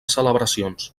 celebracions